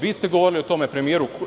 Vi ste govorili o tome, premijeru.